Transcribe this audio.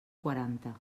quaranta